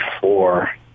four